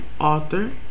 author